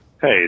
Hey